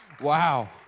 Wow